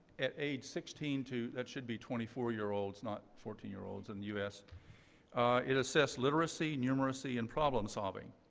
at age sixteen to that should be twenty four year olds, not fourteen year olds and us it assessed literacy, numeracy, and problem solving.